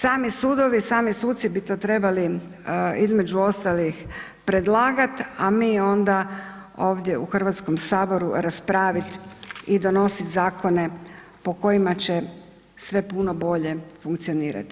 Sami sudovi, sami suci bi to trebali između ostalih predlagati a mi onda ovdje u Hrvatskom saboru raspraviti i donositi zakone po kojima će sve puno bolje funkcionirati.